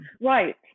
Right